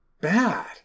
bad